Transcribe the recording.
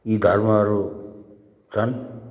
यी धर्महरू छन्